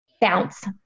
Bounce